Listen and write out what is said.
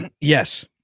yes